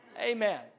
Amen